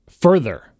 further